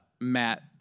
Matt